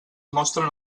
mostren